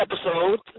episode